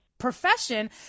profession